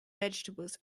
vegetables